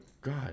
God